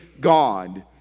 God